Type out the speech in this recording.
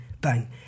Bang